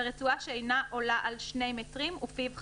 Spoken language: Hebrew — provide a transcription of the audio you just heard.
ברצועה שאינה עולה על 2 מטרים ופיו חסום,